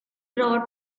brought